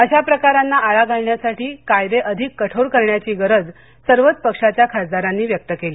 अशा प्रकारांना आळा घालण्यासाठी कायदे अधिक कठोर करण्याची गरज सर्वच पक्षाच्या खासदारांनी व्यक्त केली